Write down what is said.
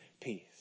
peace